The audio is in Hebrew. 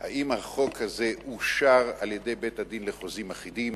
אם החוזה הזה אושר על-ידי בית-הדין לחוזים אחידים,